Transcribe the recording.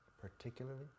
particularly